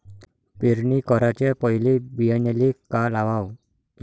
पेरणी कराच्या पयले बियान्याले का लावाव?